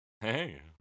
Hey